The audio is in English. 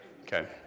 Okay